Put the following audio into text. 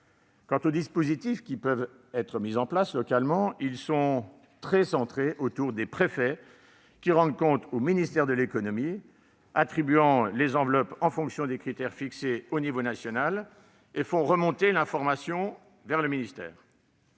Quant aux dispositifs qui peuvent être mis en oeuvre localement, ils sont très centrés autour des préfets, lesquels rendent compte au ministère de l'économie, attribuent les enveloppes en fonction des critères fixés à l'échelon national et font remonter l'information vers le ministère.